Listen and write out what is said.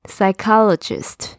Psychologist